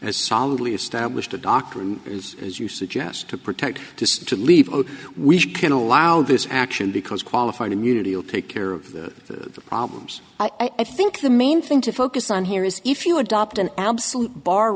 as solidly established a doctrine is as you suggest to protect to leave we can allow this action because qualified immunity will take care of problems i think the main thing to focus on here is if you adopt an absolute bar